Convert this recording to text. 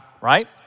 right